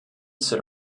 sit